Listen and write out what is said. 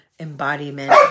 embodiment